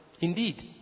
Indeed